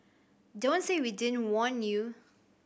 don't say we didn't warn you